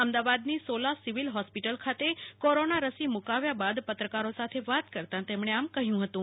અમદાવાદની Sola civil hospital ખાતે corona રસી મુકાવ્યા બાદ પત્રકારો સાથે વાત કરતાં તેમણે આમ કહ્યું હતું